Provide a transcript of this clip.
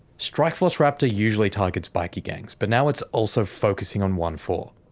strike force raptor usually targets bikie gangs, but now it's also focussing on one four.